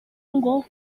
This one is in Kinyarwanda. ngo